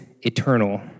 eternal